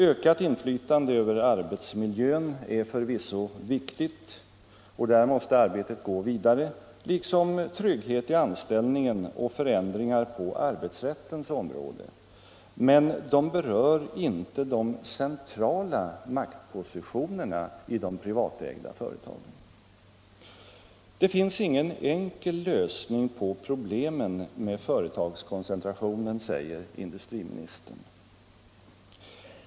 Ökat inflytande över arbetsmiljön är förvisso viktigt — och där måste arbetet gå vidare — liksom trygghet i anställningen och förändring på arbetsrättens områden, men detta berör inte de centrala maktpositionerna i det privatägda företaget. Det finns ingen enkel lösning på problemen med företagskoncentrationen, säger industriministern.